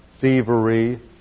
thievery